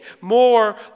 more